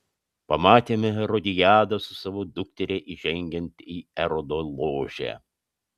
pamatėme erodiadą su savo dukteria įžengiant į erodo ložę